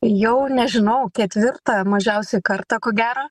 jau nežinau ketvirtą mažiausiai kartą ko gero